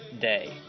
day